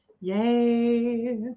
Yay